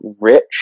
rich